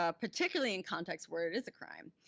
ah particularly in contexts where it is a crime.